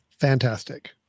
fantastic